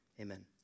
Amen